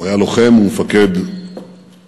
הוא היה לוחם ומפקד בפלמ"ח,